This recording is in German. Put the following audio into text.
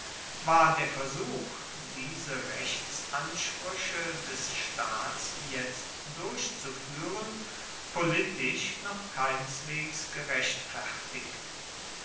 war der versuch diese rechtsansprüche des staats jetzt durchzuführen politisch noch keineswegs gerechtfertigt